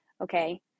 Okay